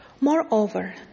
Moreover